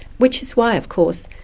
which is why of course,